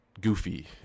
goofy